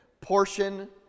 portion